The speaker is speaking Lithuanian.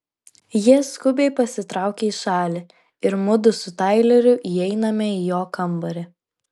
jie skubiai pasitraukia į šalį ir mudu su taileriu įeiname į jo kambarį